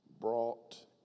brought